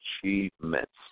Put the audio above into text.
achievements